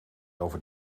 over